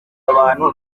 abantu